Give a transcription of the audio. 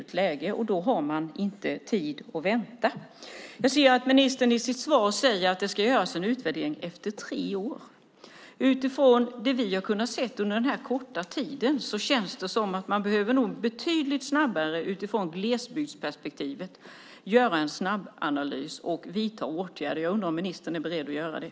Då har man inte tid att vänta. Ministern säger i svaret att det ska göras en utvärdering efter tre år. Efter vad vi har kunnat se under den här korta tiden känns det som om man, utifrån glesbygdsperspektivet, betydligt snabbare behöver göra en analys och vidta åtgärder. Jag undrar om ministern är beredd att göra det.